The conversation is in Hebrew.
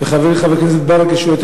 וחברי חבר הכנסת ברכה,